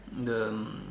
the um